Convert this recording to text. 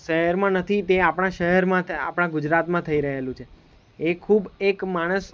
શહેરમાં નથી તે આપણા શહેરમાં છે આપણા ગુજરાતમાં થઈ રહેલું છે એ ખૂબ એક માણસ